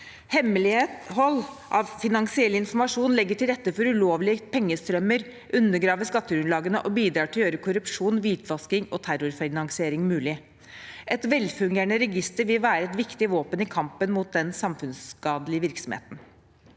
Hemmelighold av finansiell informasjon legger til rette for ulovlige pengestrømmer, undergraver skattegrunnlagene og bidrar til å gjøre korrupsjon, hvitvasking og terrorfinansiering mulig. Et velfungerende register vil være et viktig våpen i kampen mot den samfunnsskadelige virksomheten.